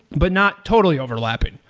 but not totally overlapping,